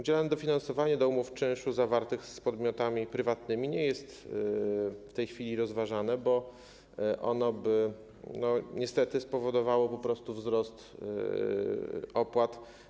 Dofinansowanie do umów czynszu zawartych z podmiotami prywatnymi nie jest w tej chwili rozważane, bo ono by niestety spowodowało po prostu wzrost opłat.